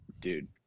dude